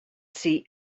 see